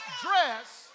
dress